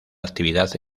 actividad